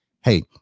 Hey